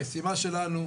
המשימה שלנו,